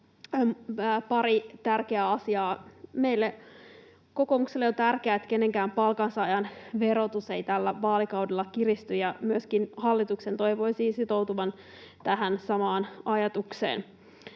pari tärkeää asiaa: Meille, kokoomukselle on tärkeää, että kenenkään palkansaajan verotus ei tällä vaalikaudella kiristy, ja myöskin hallituksen toivoisi sitoutuvan tähän samaan ajatukseen.